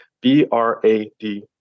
B-R-A-D